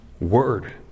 word